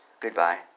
Goodbye